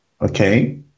Okay